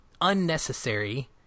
unnecessary